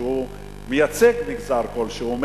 שמייצג מגזר כלשהו,